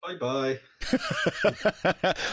Bye-bye